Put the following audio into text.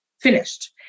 finished